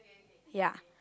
ya